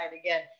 again